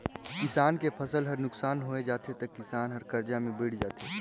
किसान के फसल हर नुकसान होय जाथे त किसान हर करजा में बइड़ जाथे